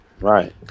Right